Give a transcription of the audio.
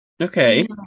Okay